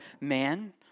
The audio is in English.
man